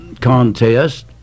contest